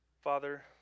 Father